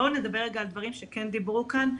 בואו נדבר רגע על דברים שכן דיברו כאן,